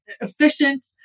efficient